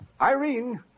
Irene